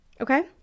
Okay